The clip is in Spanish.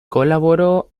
colaboró